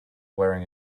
wearing